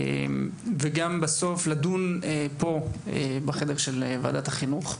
וגם לדון בנושא הזה פה, בוועדת חינוך.